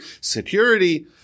security